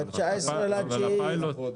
ב-19 בספטמבר זה יתחיל.